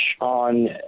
on